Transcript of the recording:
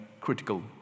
critical